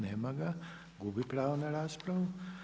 Nema ga, gubi pravo na raspravu.